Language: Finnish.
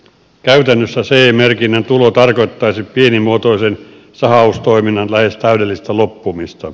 käytännössä ce merkinnän tulo tarkoittaisi pienimuotoisen sahaustoiminnan lähes täydellistä loppumista